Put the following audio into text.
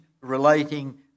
relating